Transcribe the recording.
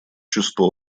чувство